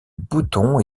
boutons